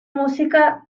música